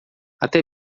até